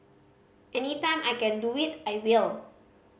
any time I can do it I will